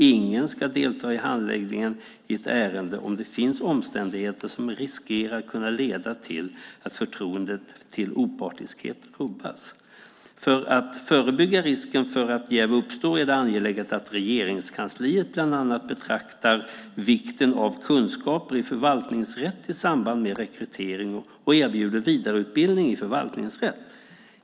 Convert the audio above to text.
Ingen skall delta i handläggningen i ett ärende om det finns omständigheter som riskerar kunna leda till att förtroendet till opartiskhet rubbas. För att förebygga risken för att jäv uppstår är det angeläget att Regeringskansliet bl.a. beaktar vikten av kunskaper i förvaltningsrätt i samband med rekrytering och erbjuder vidareutbildning i förvaltningsrätt.